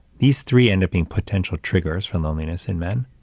these three end up being potential triggers for loneliness in men.